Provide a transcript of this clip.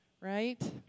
Right